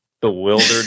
bewildered